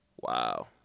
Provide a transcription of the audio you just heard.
Wow